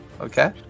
Okay